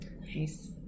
Nice